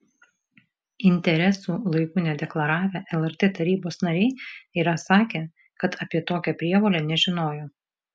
interesų laiku nedeklaravę lrt tarybos nariai yra sakę kad apie tokią prievolę nežinojo